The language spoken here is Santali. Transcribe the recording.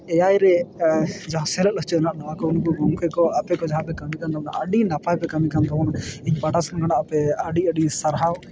ᱮ ᱟᱭ ᱨᱮ ᱡᱟᱦᱟᱸ ᱥᱮᱞᱮᱫ ᱦᱚᱪᱚ ᱨᱮᱱᱟᱜ ᱱᱚᱣᱟ ᱠᱟᱹᱢᱤ ᱫᱚ ᱜᱚᱢᱠᱮ ᱠᱚ ᱟᱯᱮ ᱠᱚ ᱡᱟᱦᱟᱸ ᱯᱮ ᱠᱟᱹᱢᱤ ᱠᱟᱱ ᱫᱚ ᱚᱱᱟ ᱟᱹᱰᱤ ᱱᱟᱯᱟᱭ ᱯᱮ ᱠᱟᱹᱢᱤ ᱠᱟᱱ ᱛᱟᱵᱳᱱᱟ ᱤᱧ ᱯᱟᱦᱚᱴᱟ ᱥᱮᱫ ᱠᱷᱚᱱ ᱟᱯᱮ ᱟᱹᱰᱤ ᱟᱹᱰᱤ ᱥᱟᱨᱦᱟᱣ